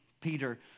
Peter